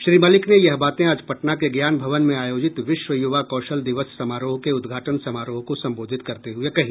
श्री मलिक ने यह बातें आज पटना के ज्ञान भवन में आयोजित विश्व युवा कौशल दिवस समारोह के उद्घाटन समारोह को संबोधित करते हुए कहीं